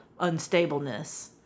unstableness